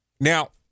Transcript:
now